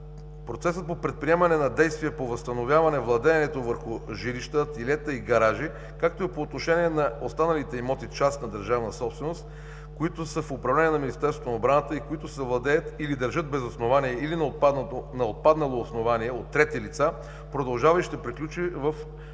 Процесът по предприемане на действия по възстановяване владеенето върху жилища, ателиета и гаражи, както и по отношение на останалите имоти частна-държавна собственост, които са управление на Министерството на отбраната и които се владеят или държат без основание, или на отпаднало основание от трети лица продължава, и ще приключи в